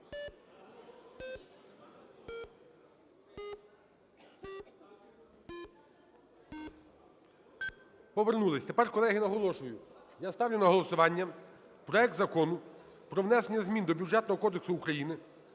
Повернулись. Тепер, колеги, наголошую. Я ставлю на голосування проект Закону про внесення змін до Бюджетного кодексу України